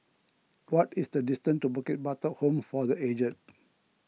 what is the distance to Bukit Batok Home for the Aged